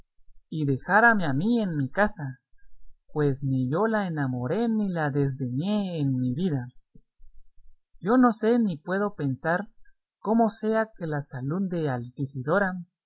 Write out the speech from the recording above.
respondió sancho y dejárame a mí en mi casa pues ni yo la enamoré ni la desdeñé en mi vida yo no sé ni puedo pensar cómo sea que la salud de